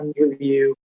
review